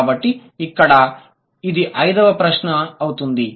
కాబట్టి ఇక్కడ ఇది ఐదవ ప్రశ్న అవుతుంది